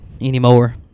anymore